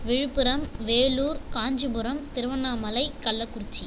Villupuram Vellore Kanchipuram Tiruvannamalai Kallakurichi